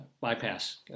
bypass